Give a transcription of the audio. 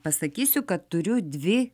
pasakysiu kad turiu dvi